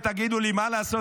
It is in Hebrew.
ותגידו לי: מה לעשות,